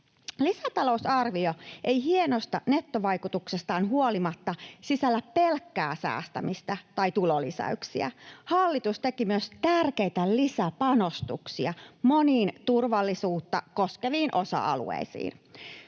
Lisätalousarvio ei hienosta nettovaikutuksestaan huolimatta sisällä pelkkää säästämistä tai tulolisäyksiä: hallitus teki myös tärkeitä lisäpanostuksia moniin turvallisuutta koskeviin osa-alueisiin.